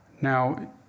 Now